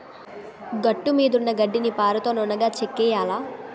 గట్టుమీదున్న గడ్డిని పారతో నున్నగా చెక్కియ్యాల